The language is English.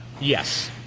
Yes